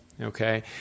okay